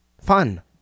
Fun